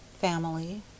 Family